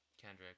kendrick